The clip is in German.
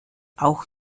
auch